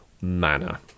manner